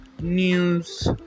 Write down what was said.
news